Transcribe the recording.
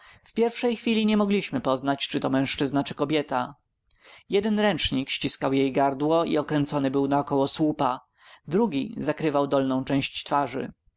w pierwszej chwili nie mogliśmy poznać czy to mężczyzna czy kobieta jeden ręcznik ściskał jej gardło i okręcony był naokoło słupa drugi zakrywał dolną część twarzy